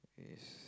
yes